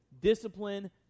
discipline